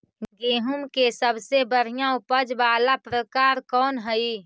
गेंहूम के सबसे बढ़िया उपज वाला प्रकार कौन हई?